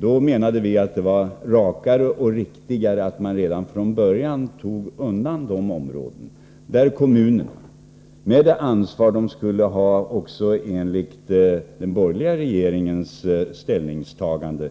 Då menade vi att det var rakare och riktigare att kommunerna, med det ansvar som de skulle ha också enligt den borgerliga regeringens ställningstagande,